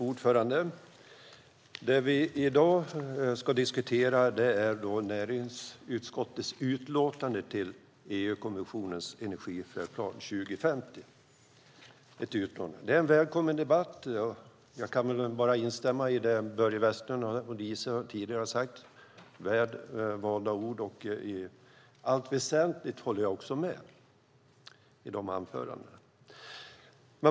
Herr talman! Det vi i dag ska diskutera är näringsutskottets utlåtande till EU-kommissionens Energifärdplan 2050. Det är en välkommen debatt, och jag kan bara instämma i det Börje Vestlund och Lise Nordin tidigare har sagt. Det var väl valda ord, och i allt väsentligt håller jag också med i dessa anföranden.